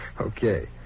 Okay